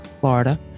Florida